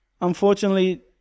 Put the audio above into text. unfortunately